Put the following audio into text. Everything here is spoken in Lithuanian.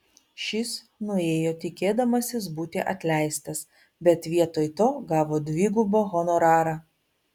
šis nuėjo tikėdamasis būti atleistas bet vietoj to gavo dvigubą honorarą